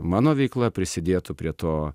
mano veikla prisidėtų prie to